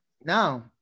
now